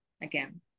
again